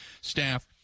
staff